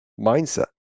mindset